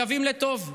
מקווים לטוב.